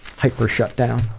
hyper shut down,